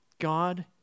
God